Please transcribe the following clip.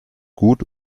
gut